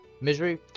Misery